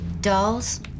dolls